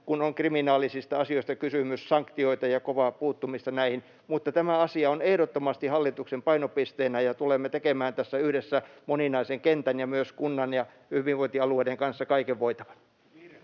kun on kriminaalisista asioista kysymys, sitten sanktioita ja kovaa puuttumista näihin. Tämä asia on ehdottomasti hallituksen painopisteenä, ja tulemme tekemään tässä yhdessä moninaisen kentän ja myös kuntien ja hyvinvointialueiden kanssa kaiken voitavamme.